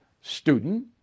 student